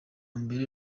mbere